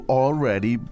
already